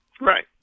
Right